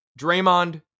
Draymond